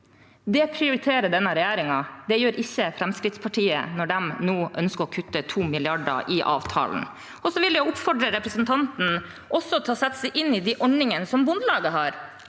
Det prioriterer denne regjeringen. Det gjør ikke Fremskrittspartiet når de nå ønsker å kutte 2 mrd. kr i avtalen. Jeg vil oppfordre representanten til å sette seg inn i de ordningene som Bondelaget har